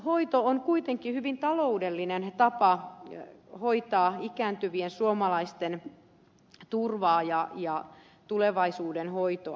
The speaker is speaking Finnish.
omaishoito on kuitenkin hyvin taloudellinen tapa hoitaa ikääntyvien suomalaisten turvaa ja tulevaisuuden hoitoa